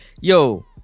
yo